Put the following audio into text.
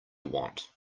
want